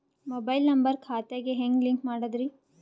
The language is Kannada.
ಮೊಬೈಲ್ ನಂಬರ್ ಖಾತೆ ಗೆ ಹೆಂಗ್ ಲಿಂಕ್ ಮಾಡದ್ರಿ?